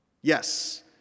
Yes